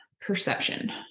perception